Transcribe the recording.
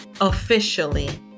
Officially